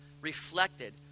reflected